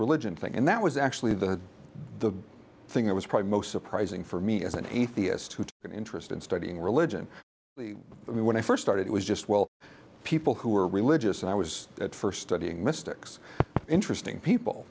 religion thing and that was actually that the thing that was probably most surprising for me as an atheist who'd been interest in studying religion for me when i first started it was just well people who are religious and i was at first studying mystics interesting people